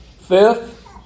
fifth